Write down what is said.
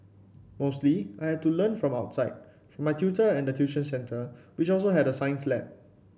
mostly I had to learn from outside from my tutor and the tuition centre which also had a science lab